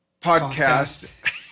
podcast